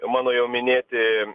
mano jau minėti